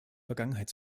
vergangenheit